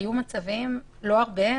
היו מצבים לא הרבה,